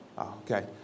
Okay